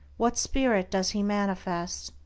what spirit does he manifest?